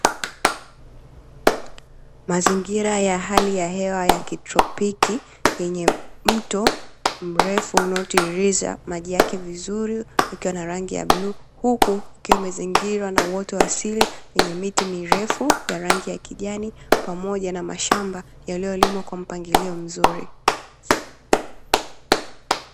Mazingira ya hali ya hewa ya kitropiki, yenye mto mrefu unaotiririsha maji yake vizuri yakiwa na rangi ya bluu, huku ukiwa umezingirwa na uoto wa asili wenye miti mirefu ya rangi ya kijani pamoja na mashamba yaliyolimwa kwa mpangilio mzuri.